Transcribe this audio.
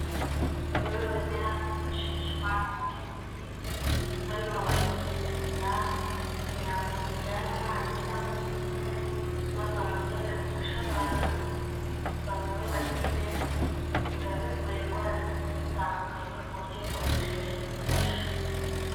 Bimwe mu bimera byifashishwa mu gukora imiti, hano bari kubisekura kugira ngo bibyare amazi cyangwa se umutobe, maze uwo mutobe ufashe abantu, bawunywe bakire, biba bivura indwara zigiye zitandukanye ku buryo ubikoresheje bimufasha.